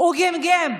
הוא גמגם.